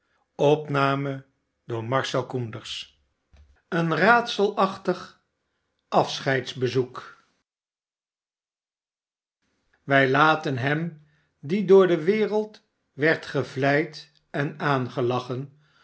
een raadselachtig afscheidsbezoek wij laten hem die door de wereld werd gevleid en aangelachen